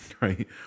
right